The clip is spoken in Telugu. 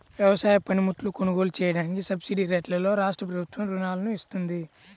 వ్యవసాయ పనిముట్లు కొనుగోలు చెయ్యడానికి సబ్సిడీరేట్లలో రాష్ట్రప్రభుత్వం రుణాలను ఇత్తంది